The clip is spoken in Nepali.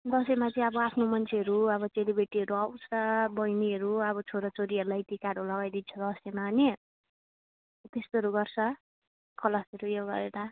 दसैँमा चाहिँ अब आफ्नो मान्छेहरू अब चेलीबेटीहरू आउँछ बैनीहरू अब छोराछोरीहरूलाई टिकाहरू लगाइदिन्छ दसैँमा नि हो त्यस्तोहरू गर्छ कलशहरू उयो गरेर